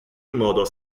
modo